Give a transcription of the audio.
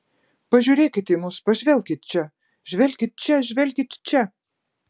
pažiūrėkit į mus pažvelkit čia žvelkit čia žvelkit čia